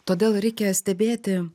todėl reikia stebėti